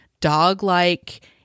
dog-like